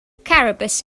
caribous